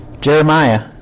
Jeremiah